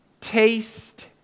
Taste